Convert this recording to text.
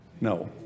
No